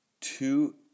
two